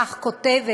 כך כותבת